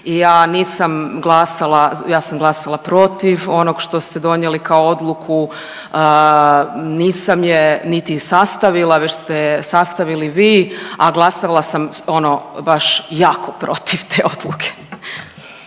ja sam glasala protiv onog što ste donijeli kao odluku. Nisam je niti sastavila, već ste sastavili vi, a glasala sam ono baš jako protiv te odluke.